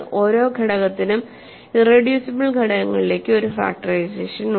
ഓരോ ഘടകത്തിനും ഇറെഡ്യൂസിബിൾ ഘടകങ്ങളിലേക്ക് ഒരു ഫാക്ടറൈസേഷൻ ഉണ്ട്